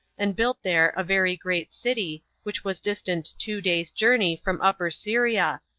and built there a very great city, which was distant two days' journey from upper syria,